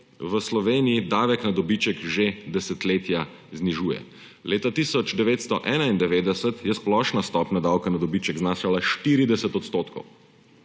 v Sloveniji davek na dobiček že desetletja znižuje. Leta 1991 je splošna stopnja davka na dobiček znašala 40 %, potem